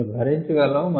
కొన్ని భరించగలవు